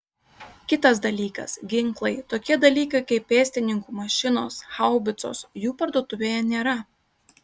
kitas dalykas ginklai tokie dalykai kaip pėstininkų mašinos haubicos jų parduotuvėje nėra